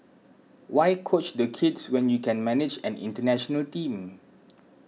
why coach the kids when you can manage an international Team